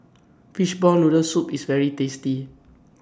Fishball Noodle Soup IS very tasty